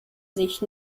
sich